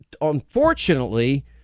Unfortunately